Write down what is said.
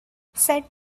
set